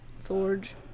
forge